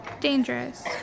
dangerous